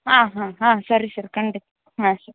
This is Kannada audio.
ಹಾಂ ಹಾಂ ಹಾಂ ಸರಿ ಸರ್ ಖಂಡಿತ ಹಾಂ ಸರ್